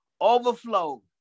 overflow